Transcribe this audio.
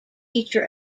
teacher